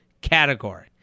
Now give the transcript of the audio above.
category